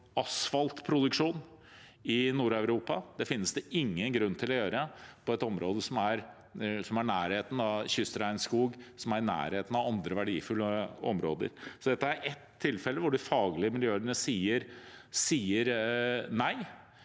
asfaltproduksjon i Nord-Europa. Det finnes det ingen grunn til å gjøre på et område som er i nærheten av kystregnskog og andre verdifulle områder. Dette er ett tilfelle hvor de faglige miljørådene sier nei,